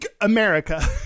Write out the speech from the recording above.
America